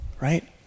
right